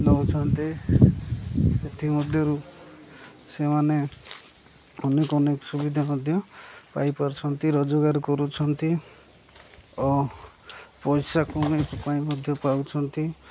ନଉଛନ୍ତି ସେଥିମଧ୍ୟରୁ ସେମାନେ ଅନେକ ଅନେକ ସୁବିଧା ମଧ୍ୟ ପାଇପାରୁଛନ୍ତି ରୋଜଗାର କରୁଛନ୍ତି ଓ ପଇସା କମେଇକି ମଧ୍ୟ ପାଉଛନ୍ତି